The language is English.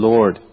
Lord